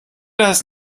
das